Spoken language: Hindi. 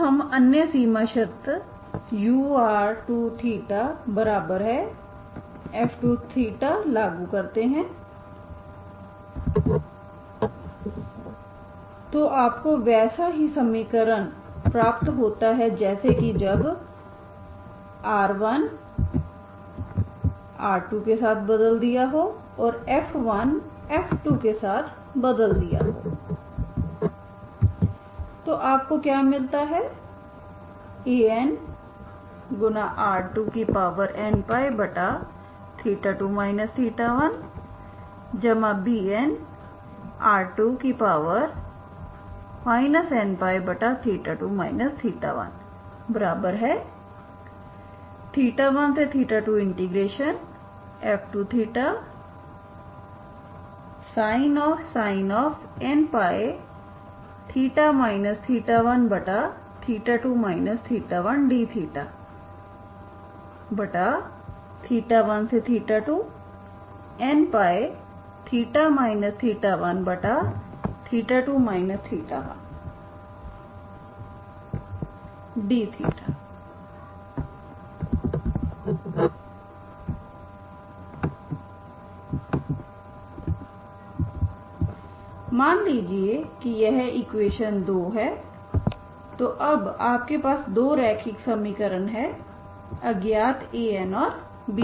अब हम अन्य सीमा शर्त ur2θf2θ लागू करते हैं तो आपको वैसा ही समीकरण प्राप्त होता है जैसा कि जब r1r2के साथ बदल दिया हैंऔर f1θ f2θसाथ बदल दिया है तो आपको क्या मिलता है Anr2nπ2 1Bnr2 nπ2 112f2θsin nπθ 12 1 dθ12nπθ 12 1 मान लीजिए कि यह eq2 है तो अब आपके पास दो रैखिक समीकरण हैं अज्ञात An और Bn